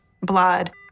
blood